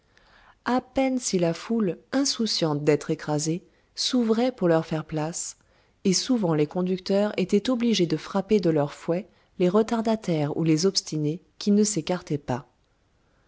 à peine si la foule insouciante d'être écrasée s'ouvrait pour leur faire place et souvent les conducteurs étaient obligés de frapper de leur fouet les retardataires ou les obstinés qui ne s'écartaient pas